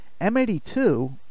M82